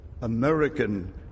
American